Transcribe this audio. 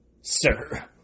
sir